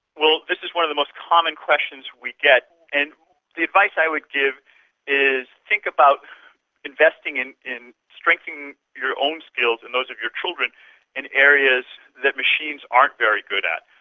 well, this is one of the most common questions we get, and the advice i would give is think about investing in in strengthening your own skills and those of your children in areas that machines aren't very good at.